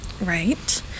right